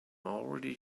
already